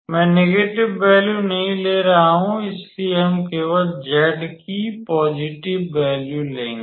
मैं negative value नहीं ले रहा हूं इसलिए हम केवल z की पॉज़िटिव वैल्यू लेंगे